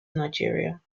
nigeria